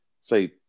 say